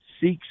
Seeks